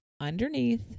underneath